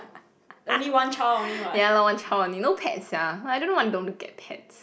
ya lor one child only no pets sia I don't know why don't get pets